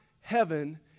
heaven